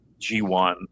G1